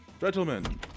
Gentlemen